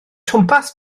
twmpath